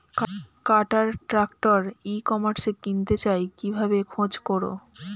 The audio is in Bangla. কাটার ট্রাক্টর ই কমার্সে কিনতে চাই কিভাবে খোঁজ করো?